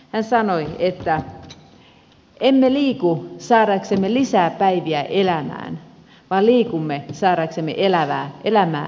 hän sanoi että emme liiku saadaksemme lisää päiviä elämään vaan liikumme saadaksemme elämää päiviin